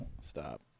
stop